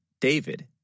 David